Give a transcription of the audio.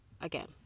again